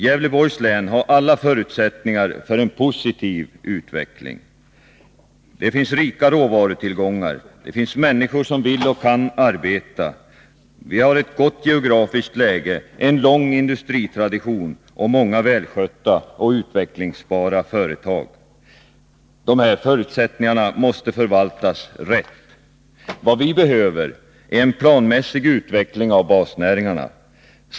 Gävleborgs län har alla förutsättningar för en positiv utveckling: rika råvarutillgångar, människor som vill oc kan arbeta, ett gott geografiskt läge samt en lång industritradition med många välskötta och utvecklingsbara företag. Dessa förutsättningar måste förvaltas rätt. Vad vi behöver är en planmässig utveckling av basnäringarna.